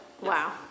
wow